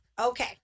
okay